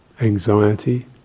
anxiety